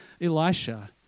Elisha